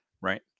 right